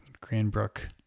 Cranbrook